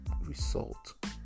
result